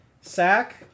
Sack